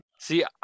See